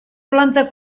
planta